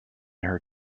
her